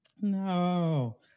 No